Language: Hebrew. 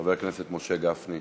חבר הכנסת משה גפני.